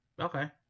okay